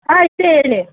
ಹಾಂ ಇದೆ ಹೇಳಿ